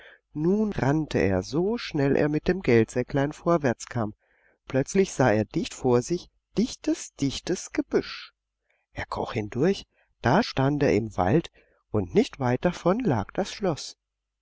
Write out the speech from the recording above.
so schnell er mit dem geldsäcklein vorwärts kam plötzlich sah er dicht vor sich dichtes dichtes gebüsch er kroch hindurch da stand er im wald und nicht weit davon lag das schloß